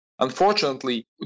Unfortunately